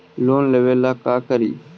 Loan लेबे ला का करि?